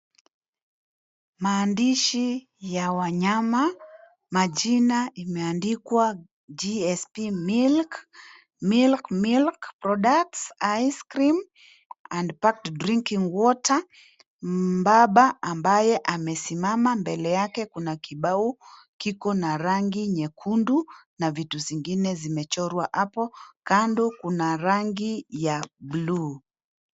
Maandishi ya wanyama, majina imeandikwa GSP milk, milk milk products, ice-cream and packed drinking water , mbaba ambaye amesimama mbele yake kuna kibau kiko na rangi nyekundu na vitu zingine zimechorwa hapo kando kuna rangi ya blue .